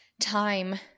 Time